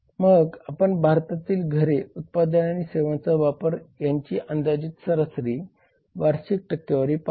मग आपण भारतातील घरे उत्पादने आणि सेवांचा वापर यांची अंदाजित सरासरी वार्षिक टक्केवारी पाहतो